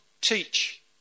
teach